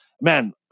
man